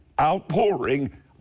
outpouring